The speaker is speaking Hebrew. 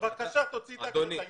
בבקשה תוציא את ההקלטה.